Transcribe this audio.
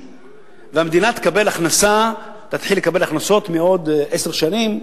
והמדינה תתחיל לקבל הכנסות מעוד עשר שנים,